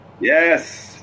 Yes